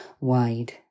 wide